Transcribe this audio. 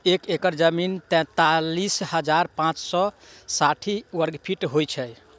एक एकड़ जमीन तैँतालिस हजार पाँच सौ साठि वर्गफीट होइ छै